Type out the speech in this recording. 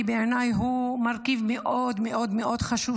כי בעיניי הוא מרכיב מאוד מאוד חשוב,